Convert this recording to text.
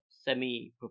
semi